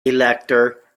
elector